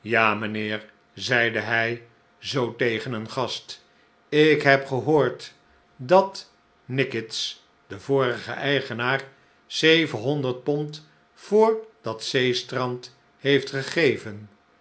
ja mynheer zeide hij zoo tegen een gast ik heb gehoord dat nickits de vorige eigenaar zevenhonderd pond voor dat zeestrand heeft gegeven